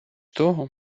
того